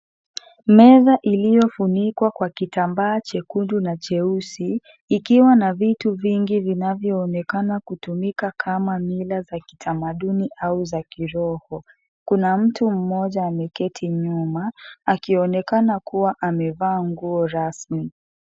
Meza iliyofunikwa kitambaa chekundu na cheusi ikiwa na vitu vingi vinavyoonekana kutumika kama mila za kitamaduni au za kiroho, kuna mtu mmoja ameketi nyuma akionekana kuwa amevaa nguo rasmi.